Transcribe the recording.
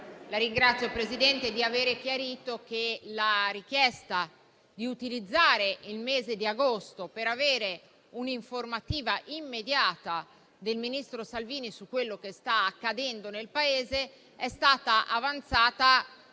la ringrazio di avere chiarito che la richiesta di utilizzare il mese di agosto per un'informativa immediata del ministro Salvini su quello che sta accadendo nel Paese è stata avanzata